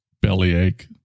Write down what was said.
bellyache